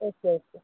okay okay